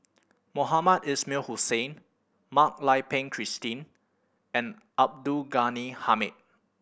Mohamed Ismail Hussain Mak Lai Peng Christine and Abdul Ghani Hamid